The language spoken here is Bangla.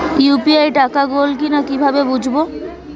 ইউ.পি.আই টাকা গোল কিনা কিভাবে বুঝব?